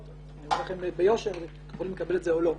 אני אומר לכם ביושר ואתם יכולים לקבל את זה או לא.